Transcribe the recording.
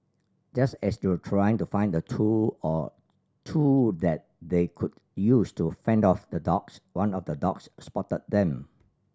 just as they were trying to find a tool or two that they could use to fend off the dogs one of the dogs spotted them